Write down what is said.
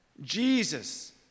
Jesus